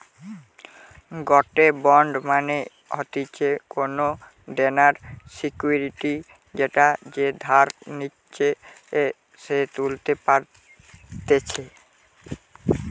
গটে বন্ড মানে হতিছে কোনো দেনার সিকুইরিটি যেটা যে ধার নিচ্ছে সে তুলতে পারতেছে